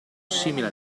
simile